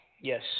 yes